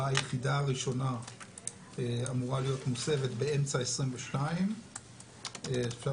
היחידה הראשונה אמורה להיות מוסבת באמצע 2022. אפשר